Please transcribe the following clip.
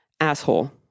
asshole